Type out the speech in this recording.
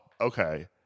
okay